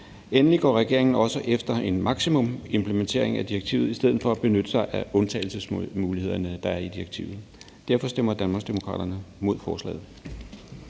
Endelig går regeringen også efter en maksimumimplementering af direktivet i stedet for at benytte sig af de undtagelsesmuligheder, der er i direktivet. Derfor stemmer Danmarksdemokraterne imod forslaget.